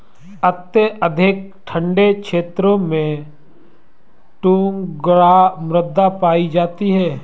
अत्यधिक ठंडे क्षेत्रों में टुण्ड्रा मृदा पाई जाती है